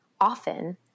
often